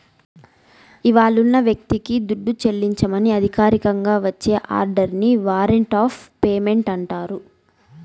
ఇవ్వాలున్న వ్యక్తికి దుడ్డు చెల్లించమని అధికారికంగా వచ్చే ఆర్డరిని వారంట్ ఆఫ్ పేమెంటు అంటాండారు